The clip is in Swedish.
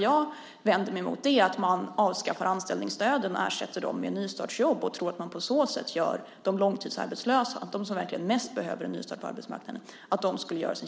Jag vänder mig mot att man avskaffar anställningsstöden och ersätter dem med nystartsjobb och tror att man på så sätt gör en tjänst för de långtidsarbetslösa - de som mest behöver en nystart på arbetsmarknaden.